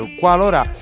qualora